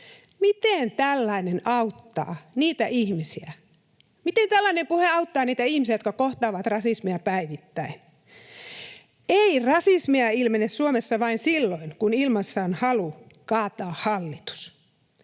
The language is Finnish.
Miten tällainen auttaa niitä ihmisiä? Miten tällainen puhe auttaa niitä ihmisiä, jotka kohtaavat rasismia päivittäin? Ei rasismia ilmene Suomessa vain silloin, kun ilmassa on halu kaataa hallitus.